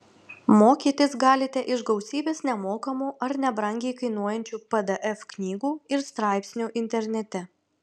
mokytis galite iš gausybės nemokamų ar nebrangiai kainuojančių pdf knygų ir straipsnių internete